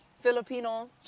Filipino